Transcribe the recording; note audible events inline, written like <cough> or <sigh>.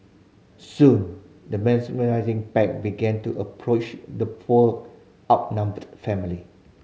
soon the <unintelligible> pack began to approach the poor outnumbered family